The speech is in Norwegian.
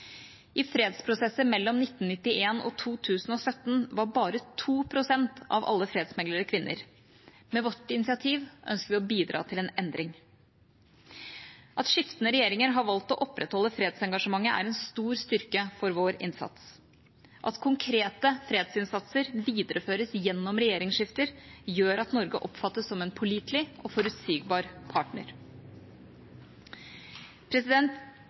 I fredsprosesser mellom 1991 og 2017 var bare 2 pst. av alle fredsmeglere kvinner. Med vårt initiativ ønsker vi å bidra til en endring. At skiftende regjeringer har valgt å opprettholde fredsengasjementet, er en stor styrke for vår innsats. At konkrete fredsinnsatser videreføres gjennom regjeringsskifter, gjør at Norge oppfattes som en pålitelig og forutsigbar partner.